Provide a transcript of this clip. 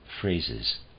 phrases